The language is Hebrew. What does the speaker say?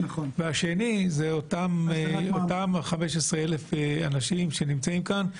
והשני הוא אותם 15 אלף אנשים שנמצאים כאן.